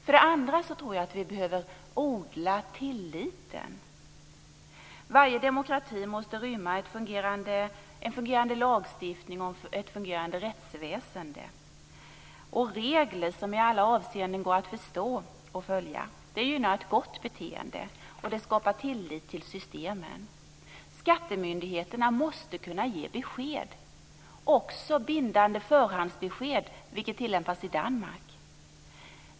För det andra behöver vi odla tilliten. Varje demokrati måste rymma en fungerande lagstiftning, ett fungerande rättsväsende och regler som i alla avseenden går att förstå och följa. Det gynnar ett gott beteende. Det skapar tillit till systemen. Skattemyndigheterna måste kunna ge besked - Danmark.